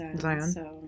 Zion